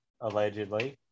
allegedly